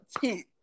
ten